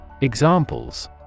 Examples